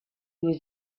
was